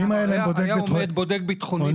אם היה להם בודק ביטחוני,